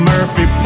Murphy